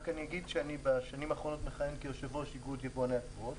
קודם אגיד שבשנים האחרונות אני מכהן כיושב-ראש איגוד יבואני התבואות.